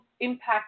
impact